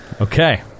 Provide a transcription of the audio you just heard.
Okay